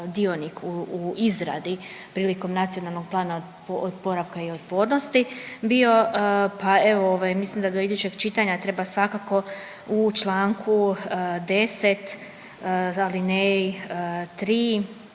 u izradi prilikom nacionalnog plana oporavka i otpornosti bio, pa evo mislim da do idućeg čitanja treba svakako u članku 10. alineji 3.